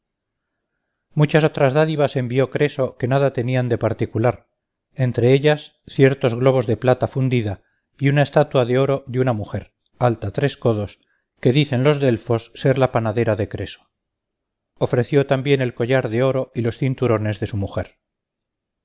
muchas otras dádivas envió creso que nada tenían de particular entre ellas ciertos globos de plata fundida y una estatua de oro de una mujer alta tres codos que dicen los delfos ser la panadera de creso ofreció también el collar de oro y los cinturones de su mujer